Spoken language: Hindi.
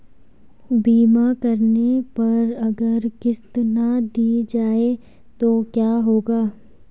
बीमा करने पर अगर किश्त ना दी जाये तो क्या होगा?